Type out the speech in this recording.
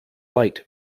light